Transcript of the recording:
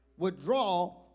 withdraw